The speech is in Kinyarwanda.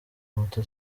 moto